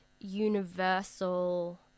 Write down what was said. universal